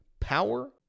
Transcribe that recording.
power